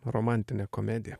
romantinę komediją